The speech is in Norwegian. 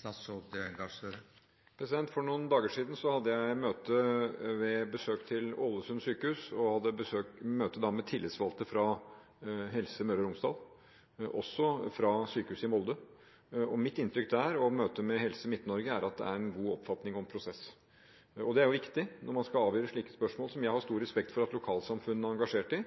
For noen dager siden – ved besøk til Ålesund sykehus – hadde jeg møte med tillitsvalgte fra Helse Møre og Romsdal og fra sykehuset i Molde. Mitt inntrykk derfra– og fra møte med Helse Midt-Norge – er at det er en god oppfatning om prosess. Det er viktig, når man skal avgjøre slike spørsmål, som jeg har stor respekt for at lokalsamfunnene er engasjert i,